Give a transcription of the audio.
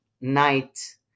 night